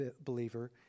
believer